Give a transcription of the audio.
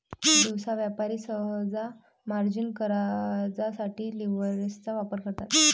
दिवसा व्यापारी सहसा मार्जिन कर्जासारख्या लीव्हरेजचा वापर करतात